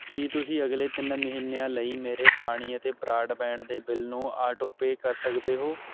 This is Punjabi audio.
ਕੀ ਤੁਸੀਂਂ ਅਗਲੇ ਤਿੰਨ ਮਹੀਨਿਆਂ ਲਈ ਮੇਰੇ ਪਾਣੀ ਅਤੇ ਬਰਾਡਬੈਂਡ ਦੇ ਬਿੱਲ ਨੂੰ ਆਟੋਪੇ ਕਰ ਸਕਦੇ ਹੋ